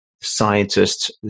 scientists